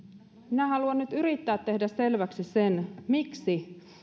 minä haluan nyt yrittää tehdä selväksi sen miksi